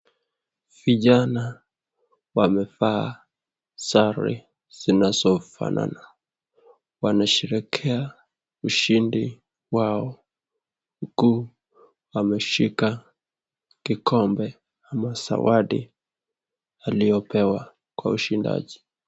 Vijana wamevaa sare zinazofanana. Wanasherehekea ushindi wao huku wameshika kikombe ama zawadi waliyopewa kwa ushindaji.